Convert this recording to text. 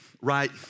right